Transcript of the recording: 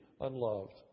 unloved